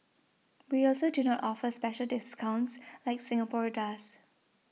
we also do not offer special discounts like Singapore does